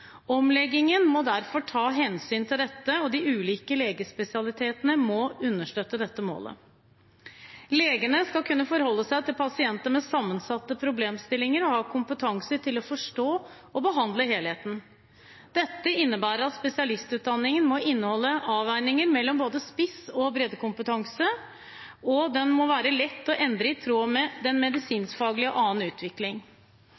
Omleggingen må derfor ta hensyn til dette, og de ulike legespesialitetene må understøtte dette målet. Legene skal kunne forholde seg til pasienter med sammensatte problemstillinger og ha kompetanse til å forstå og behandle helheten. Dette innebærer at spesialistutdanningen må inneholde avveininger mellom både spiss- og breddekompetanse, og den må være lett å endre i tråd med